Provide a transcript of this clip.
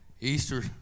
Easter